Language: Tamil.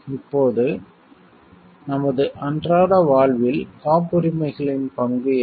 இப்போது நமது அன்றாட வாழ்வில் காப்புரிமைகளின் பங்கு என்ன